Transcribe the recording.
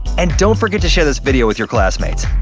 and don't forget to share this video with your classmates!